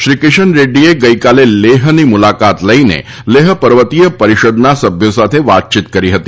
શ્રી કિશન રેડ્ડીએ ગઈકાલે લેહની મુલાકાત લઈને લેહ પર્વતીય પરિષદના સભ્યો સાથે વાતયીત કરી હતી